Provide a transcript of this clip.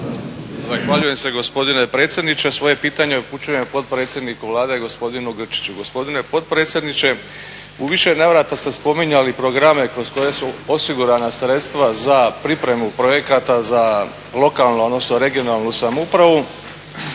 Zahvaljujem se gospodine predsjedniče. Svoje pitanje upućujem potpredsjedniku Vlade gospodinu Grčiću. Gospodine potpredsjedniče u više navrata ste spominjali programe kroz koje su osigurana sredstva za pripremu projekata za lokalnu odnosno regionalnu samoupravu,